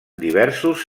diversos